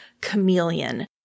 chameleon